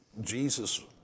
Jesus